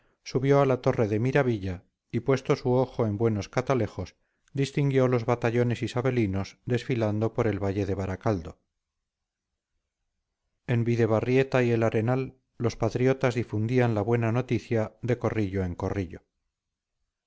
subió a la torre de miravilla y puesto su ojo en buenos catalejos distinguió los batallones isabelinos desfilando por el valle de baracaldo en bidebarrieta y el arenal los patriotas difundían la buena noticia de corrillo en corrillo